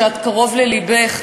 שקרוב ללבך,